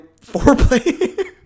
foreplay